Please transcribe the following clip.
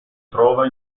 trova